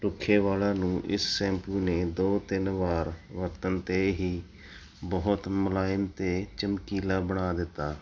ਰੁੱਖੇ ਵਾਲਾਂ ਨੂੰ ਇਸ ਸੈਂਪੂ ਨੇ ਦੋ ਤਿੰਨ ਵਾਰ ਵਰਤਣ 'ਤੇ ਹੀ ਬਹੁਤ ਮੁਲਾਇਮ ਅਤੇ ਚਮਕੀਲਾ ਬਣਾ ਦਿੱਤਾ